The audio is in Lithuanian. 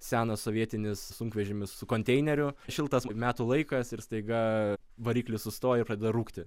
senas sovietinis sunkvežimis su konteineriu šiltas metų laikas ir staiga variklis sustoja ir pradeda rūkti